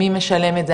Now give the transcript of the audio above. מי משלם את זה?